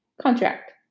contract